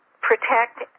protect